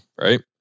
right